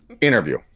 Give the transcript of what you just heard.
Interview